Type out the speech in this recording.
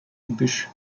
busch